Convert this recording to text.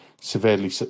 severely